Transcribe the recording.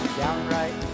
downright